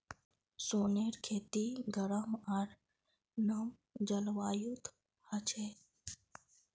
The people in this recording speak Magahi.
सोनेर खेती गरम आर नम जलवायुत ह छे